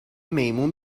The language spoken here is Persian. میمون